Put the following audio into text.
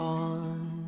on